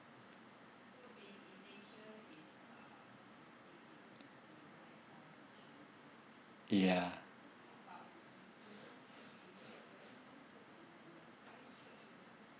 ya